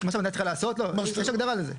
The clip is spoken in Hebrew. מה שהמדינה צריכה לעשות, לא, יש הגדרה לזה.